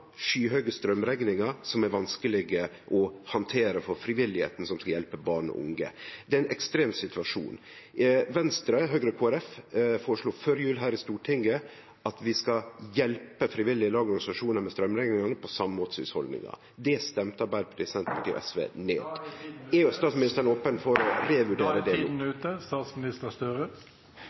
skyhøge straumrekningar som er vanskelege å handtere for frivilligheita, som skal hjelpe barn og unge. Det er ein ekstrem situasjon. Venstre, Høgre og Kristeleg Folkeparti føreslo før jul her i Stortinget at vi skal hjelpe frivillige lag og organisasjonar med straumrekningane på same måten som for hushald. Det stemde Arbeidarpartiet, Senterpartiet og SV ned . Er statsministeren open for